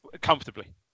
Comfortably